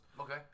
Okay